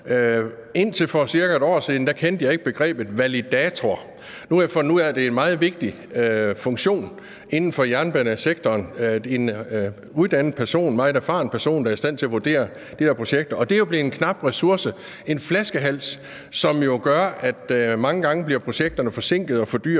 Indtil for cirka et år siden kendte jeg ikke begrebet validator. Nu har jeg fundet ud af, at det er en meget vigtig funktion inden for jernbanesektoren, en uddannet person, en meget erfaren person, der er i stand til at vurdere de her projekter. Og de er jo blevet en knap ressource, en flaskehals, som gør, at projekterne mange gange bliver forsinket og fordyret.